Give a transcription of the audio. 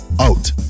out